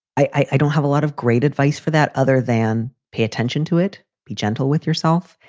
i don't have a lot of great advice for that other than pay attention to it. be gentle with yourself.